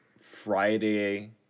Friday